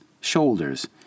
shoulders